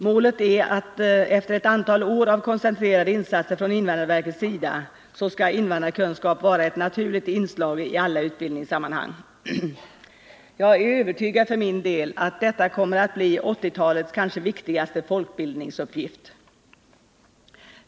Målet är att efter ett antal år av koncentrerade insatser från invandrarverkets sida invandrarkunskap skall vara ett naturligt inslag i alla utbildningssammanhang. Jag är för min del övertygad om att detta kommer att bli 1980-talets kanske viktigaste folkbildningsuppgift.